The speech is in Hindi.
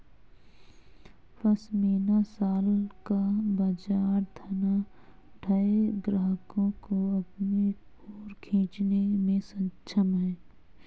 पशमीना शॉल का बाजार धनाढ्य ग्राहकों को अपनी ओर खींचने में सक्षम है